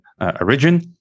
Origin